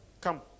Come